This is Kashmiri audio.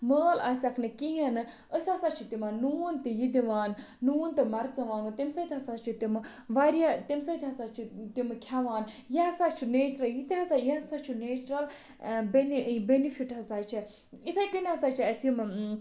مٲل آسٮ۪کھ نہٕ کِہیٖنٛۍ نہٕ أسۍ ہَسا چھِ تِمَن نوٗن تہِ یہِ دِوان نوٗن تہٕ مَرژٕوانگُن تَمہِ سۭتۍ ہَسا چھِ تِمن واریاہ تَمہِ سۭتۍ ہَسا چھِ تِمہٕ کھیٚوان یہِ ہَسا چھُ نیچرل یہِ تہِ ہَسا یہِ ہَسا چھُ نیچرَل بینہِ بیٚنِفِٹ ہَسا چھِ یِتھے کٔنۍ ہَسا چھِ اَسہِ یِم